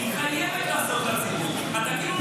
היא חייבת לעשות את זה.